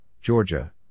Georgia